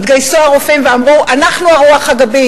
התגייסו הרופאים ואמרו: אנחנו הרוח הגבית,